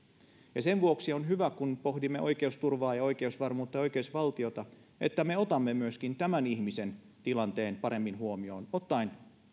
sen vuoksi on hyvä että kun pohdimme oikeusturvaa ja oikeusvarmuutta ja oikeusvaltiota me otamme myöskin tämän ihmisen tilanteen paremmin huomioon ottaen